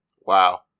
Wow